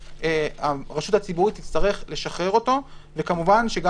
הרשות הציבורית תצטרך לשחרר אותו וכמובן שגם